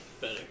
better